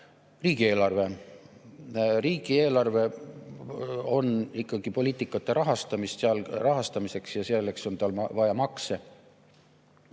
Riigieelarve. Riigieelarve on ikkagi poliitikate rahastamiseks ja selleks on tal vaja makse.